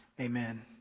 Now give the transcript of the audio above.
Amen